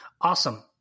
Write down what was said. Awesome